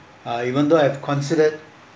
uh even though I've considered